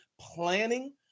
planning